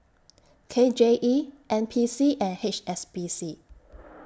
K J E N P C and H S B C